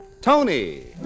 Tony